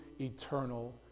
eternal